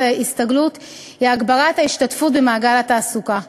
ההסתגלות היא הגברת ההשתתפות במעגל התעסוקה.